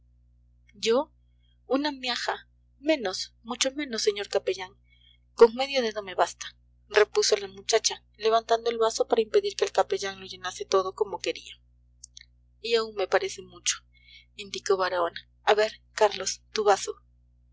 yo una miaja menos mucho menos señor capellán con medio dedo me basta repuso la muchacha levantando el vaso para impedir que el capellán lo llenase todo como quería y aún me parece mucho indicó baraona a ver carlos tu vaso